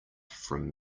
from